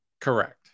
Correct